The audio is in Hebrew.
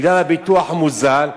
בגלל הביטוח המוזל,